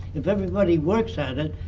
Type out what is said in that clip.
if everybody works at it,